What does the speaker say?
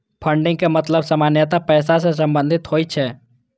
funding के मतलब सामान्यतः पैसा सं संबंधित होइ छै